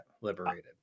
liberated